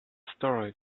storing